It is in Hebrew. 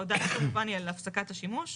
ההודעה היא כמובן על הפסקת השימוש.